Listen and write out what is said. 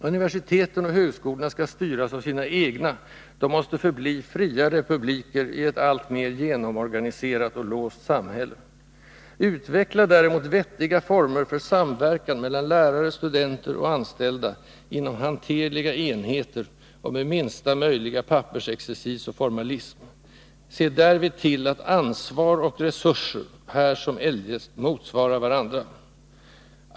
Universiteten och högskolorna skall styras av sina egna: de måste förbli fria republiker i ett alltmer genomorganiserat och låst samhälle. Utveckla vettiga former för samverkan mellan lärare, studenter och anställda inom hanterliga enheter och med minsta möjliga pappersexercis och formalism. Se därvid till att ansvar och resurser här som eljest motsvarar varandra.